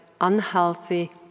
unhealthy